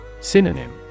Synonym